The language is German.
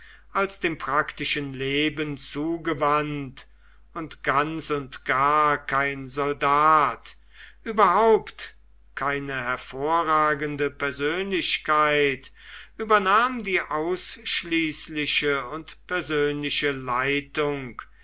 als dem praktischen leben zugewandt und ganz und gar kein soldat überhaupt keine hervorragende persönlichkeit übernahm die ausschließliche und persönliche leitung